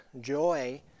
joy